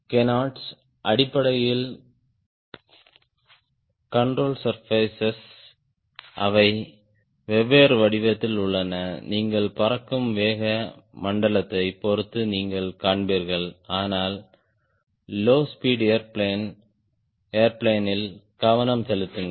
canards அடிப்படையில் control surfaces அவை வெவ்வேறு வடிவத்தில் உள்ளன நீங்கள் பறக்கும் வேக மண்டலத்தைப் பொறுத்து நீங்கள் காண்பீர்கள் ஆனால் லோ ஸ்பீட் ஏர்பிளேனில் கவனம் செலுத்துங்கள்